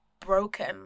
broken